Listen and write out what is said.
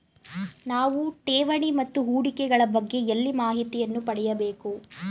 ನಾವು ಠೇವಣಿ ಮತ್ತು ಹೂಡಿಕೆ ಗಳ ಬಗ್ಗೆ ಎಲ್ಲಿ ಮಾಹಿತಿಯನ್ನು ಪಡೆಯಬೇಕು?